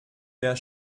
wer